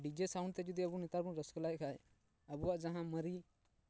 DJ sound ᱛᱮ ᱡᱩᱫᱤ ᱱᱮᱛᱟᱨ ᱵᱚᱱ ᱨᱟᱹᱠᱟᱹ ᱞᱮᱠᱷᱟᱱ ᱟᱵᱚᱣᱟᱜ ᱡᱟᱦᱟᱸ ᱢᱟᱨᱮ